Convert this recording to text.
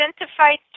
identified